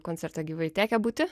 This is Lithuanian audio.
koncerte gyvai tekę būti